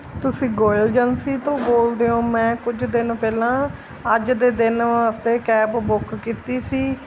ਤੁਸੀਂ ਗੋਇਲ ਅਜੈਂਸੀ ਤੋਂ ਬੋਲਦੇ ਹੋ ਮੈਂ ਕੁਝ ਦਿਨ ਪਹਿਲਾਂ ਅੱਜ ਦੇ ਦਿਨ ਵਾਸਤੇ ਕੈਬ ਬੁੱਕ ਕੀਤੀ ਸੀ